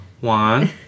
One